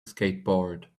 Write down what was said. skateboard